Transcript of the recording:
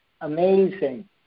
Amazing